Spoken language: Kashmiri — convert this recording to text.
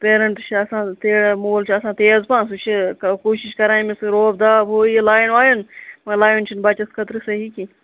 پیرنٛٹ چھِ آسان تہِ مول چھُ آسان تیز پہم کوٗشِش کَران أمِس روب داب ہوٗ یہِ لایان وایان مگر لایان چھُنہٕ بَچس خٲطرٕ صحیح کینٛہہ